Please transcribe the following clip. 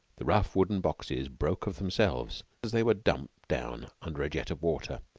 the rough wooden boxes broke of themselves as they were dumped down under a jet of water,